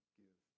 give